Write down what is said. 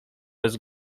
bez